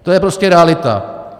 To je prostě realita.